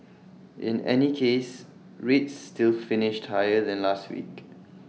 in any case rates still finished higher than last week